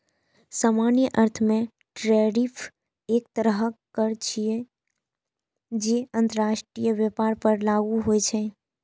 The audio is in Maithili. सामान्य अर्थ मे टैरिफ एक तरहक कर छियै, जे अंतरराष्ट्रीय व्यापार पर लागू होइ छै